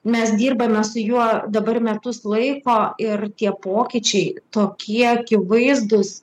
mes dirbame su juo dabar metus laiko ir tie pokyčiai tokie akivaizdūs